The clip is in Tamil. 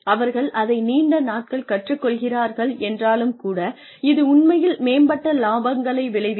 அவர்கள் அதை நீண்ட நாட்கள் கற்றுக்கொள்கிறார்கள் என்றாலும் கூட இது உண்மையில் மேம்பட்ட இலாபங்களை விளைவிக்கும்